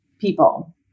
people